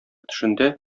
төшендә